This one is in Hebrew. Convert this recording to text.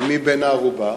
ומי בן הערובה?